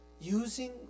using